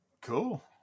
Cool